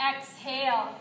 Exhale